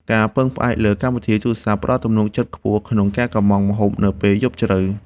ការពឹងផ្អែកលើកម្មវិធីទូរសព្ទ ផ្ដល់ទំនុកចិត្តខ្ពស់ក្នុងការកុម្ម៉ង់ម្ហូបនៅពេលយប់ជ្រៅ។